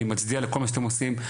אני מצדיע לכל מה שאתם עושים,